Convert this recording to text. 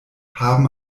haben